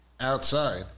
outside